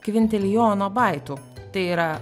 kvintilijono baitų tai yra